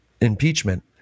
impeachment